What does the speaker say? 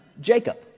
Jacob